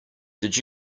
did